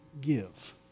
give